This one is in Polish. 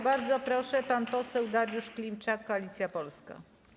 Bardzo proszę, pan poseł Dariusz Klimczak, Koalicja Polska.